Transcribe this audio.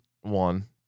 one